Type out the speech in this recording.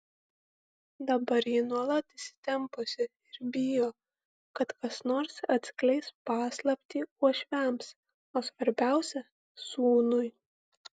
dabar ji nuolat įsitempusi ir bijo kad kas nors atskleis paslaptį uošviams o svarbiausia sūnui